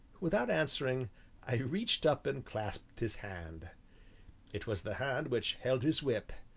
without answering i reached up and clasped his hand it was the hand which held his whip,